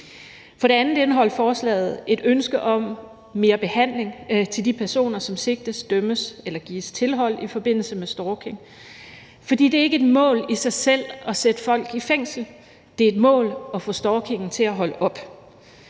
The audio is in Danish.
For det andet indeholdt forslaget et ønske om mere behandling til de personer, som sigtes, dømmes eller gives tilhold i forbindelse med stalking. For det er ikke et mål i sig selv at sætte folk i fængsel – det er et mål at få stalkingen til at holde op.